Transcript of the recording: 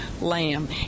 lamb